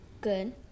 good